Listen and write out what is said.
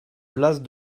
place